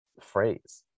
phrase